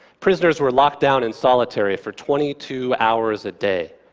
prisoners were locked down in solitary for twenty two hours a day.